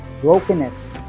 brokenness